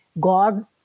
God